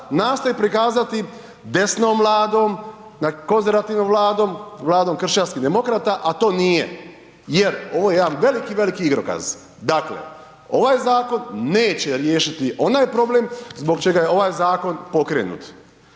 nastoji prikazati desnom Vladom, konzervativnom Vladom, Vladom kršćanskih demokrata, a to nije jer ovo je jedan veliki, veliki igrokaz. Dakle, ovaj zakon neće riješiti onaj problem zbog čega je ovaj zakon pokrenut,